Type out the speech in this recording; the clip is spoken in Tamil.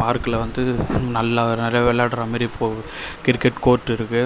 பார்க்கில் வந்து நல்லா நிறையா விளையாடுறமேரி ஃபோ கிரிக்கெட் கோர்ட் இருக்கு